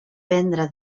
vendre